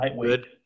good